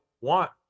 want